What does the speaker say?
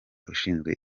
ushinzwe